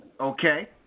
okay